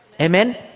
Amen